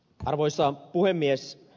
arvoisa puhemies